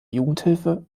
jugendhilfe